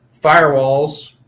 firewalls